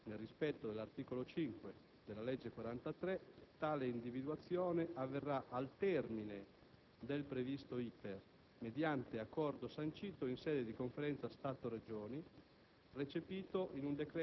infatti, nel rispetto dell'articolo 5 della legge n. 43 del 2006, tale individuazione avverrà al termine del previsto *iter*, mediante accordo sancito in sede di Conferenza Stato-Regioni,